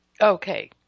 Okay